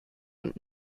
und